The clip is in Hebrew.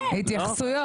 התייחסויות.